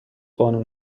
قانون